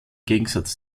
gegensatz